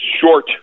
short